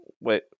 Wait